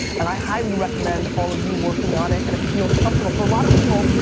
and i highly recommend all of you working on it, and if it feels comfortable. for a lot of people,